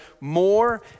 more